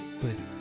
please